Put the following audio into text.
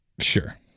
Sure